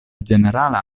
ĝenerala